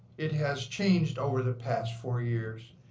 it has changed over the past four years.